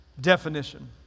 definition